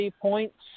points